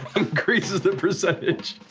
increases the percentage.